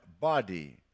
body